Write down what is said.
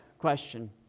Question